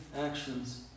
actions